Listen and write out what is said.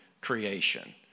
creation